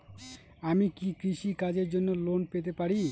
আমি কি কৃষি কাজের জন্য লোন পেতে পারি?